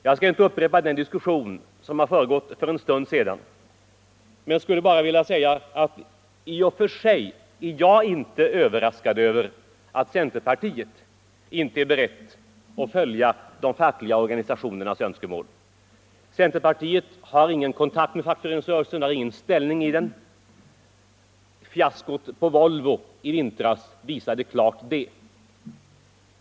Jag skall inte upprepa den diskussion som fördes för en stund sedan, och jag är i och för sig inte överraskad över att centerpartiet inte är berett att följa de fackliga organisationernas önskemål. Centerpartiet har ingen kontakt med fackföreningsrörelsen, känner den inte och har ingen ställning i den. Detta visade klart fiaskot på Volvo i vintras.